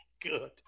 Good